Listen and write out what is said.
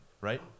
Right